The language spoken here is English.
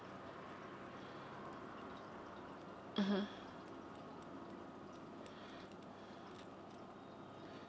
mmhmm